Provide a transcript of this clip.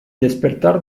despertar